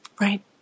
Right